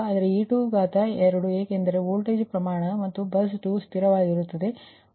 ಆದರೆ e22 ಏಕೆಂದರೆ voltage ಪ್ರಮಾಣ ಮತ್ತು ಬಸ್ 2 ಅನ್ನು ಸ್ಥಿರವಾಗಿರಿಸಬೇಕಾಗುತ್ತದೆ